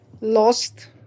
lost